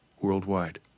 Worldwide